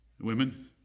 Women